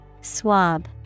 Swab